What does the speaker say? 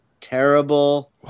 terrible